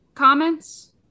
Comments